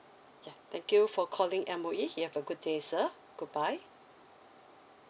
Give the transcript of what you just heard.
ya thank you for calling M_O_E you have a good day sir good bye